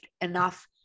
enough